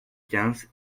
quinze